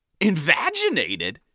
invaginated